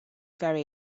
very